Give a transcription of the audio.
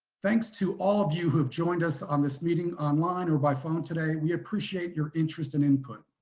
thanks to all of you who have joined us on this meeting online or by phone today, we appreciate your interest and input.